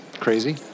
crazy